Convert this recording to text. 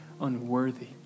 unworthy